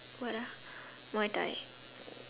what ah muay-thai